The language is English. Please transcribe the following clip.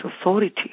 authority